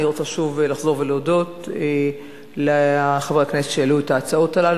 אני רוצה לחזור ולהודות לחברי הכנסת שהעלו את ההצעות הללו.